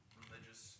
religious